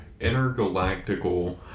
intergalactical